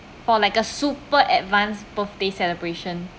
for like a super advance birthday celebration